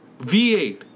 V8